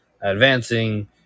advancing